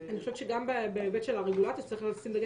גם בהיבט של הרגולציה צריך לשים דגש